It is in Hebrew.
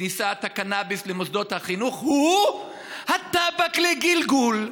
לכניסת הקנאביס למוסדות החינוך הוא הטבק לגלגול.